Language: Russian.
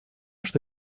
что